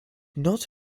not